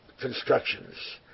constructions